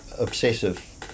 obsessive